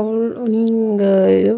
எவ்வளோ